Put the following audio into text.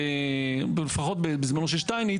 פחות בזמנו של שטייניץ,